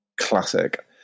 classic